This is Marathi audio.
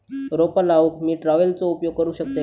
रोपा लाऊक मी ट्रावेलचो उपयोग करू शकतय काय?